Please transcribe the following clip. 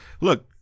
look